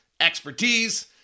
expertise